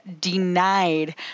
denied